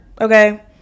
okay